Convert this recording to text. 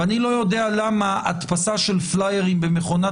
אני לא יודע למה הדפסה של פליירים במכונת